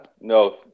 No